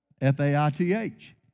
F-A-I-T-H